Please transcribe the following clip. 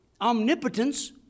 omnipotence